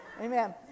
amen